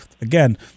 again